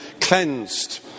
cleansed